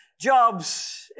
jobs